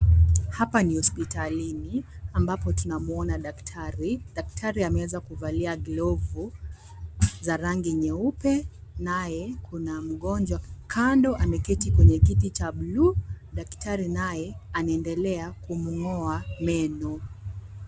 Hapa ni hospitalini ambapo tunamwona daktari. Daktari ameweza kuvalia glovu za rangi nyeupe naye kuna mgonjwa kando ambaye ameketi kwenye kiti cha bluu daktari naye anaendelea kumng'oa meno.